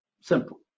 Simple